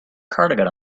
cardigan